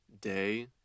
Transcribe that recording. day